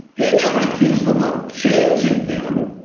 he never accused them of changing them.